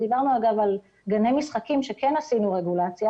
דיברנו על גני משחקים שכן עשינו רגולציה